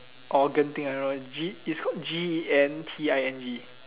orh Genting I know uh it's called G E N T I N G